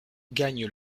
gagne